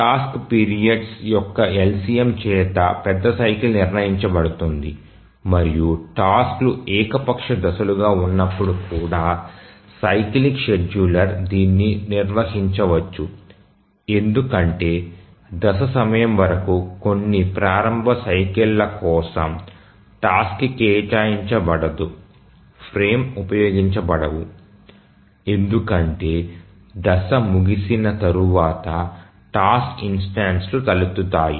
task periods యొక్క LCM చేత పెద్ద సైకిల్ నిర్ణయించబడుతుంది మరియు టాస్క్ లు ఏకపక్ష దశలుగా ఉన్నప్పుడు కూడా సైక్లిక్ షెడ్యూలర్ దీన్ని నిర్వహించవచ్చు ఎందుకంటే దశ సమయం వరకు కొన్ని ప్రారంభ సైకిల్ల కోసం టాస్క్ కి కేటాయించబడదు ఫ్రేమ్ ఉపయోగించబడవు ఎందుకంటే దశ ముగిసిన తర్వాత టాస్క్ ఇన్స్టెన్సులు తలెత్తుతాయి